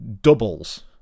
doubles